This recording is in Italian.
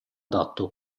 adatto